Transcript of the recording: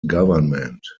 government